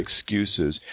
excuses